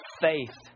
faith